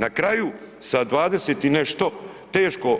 Na kraju sa 20 i nešto teško